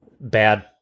bad